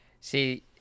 See